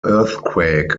earthquake